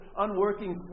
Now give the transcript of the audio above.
unworking